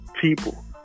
people